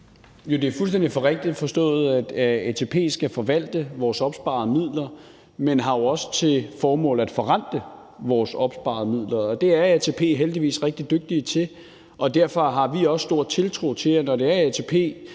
Jo, det er fuldstændig rigtigt forstået, at ATP skal forvalte vores opsparede midler, men ATP har jo også som formål at forrente vores opsparede midler, og det er ATP heldigvis rigtig dygtige til. Og derfor har vi også stor tiltro til det, når ATP's